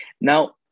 Now